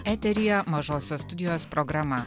eteryje mažosios studijos programa